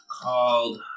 called